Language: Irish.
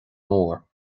mór